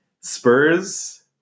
Spurs